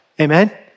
Amen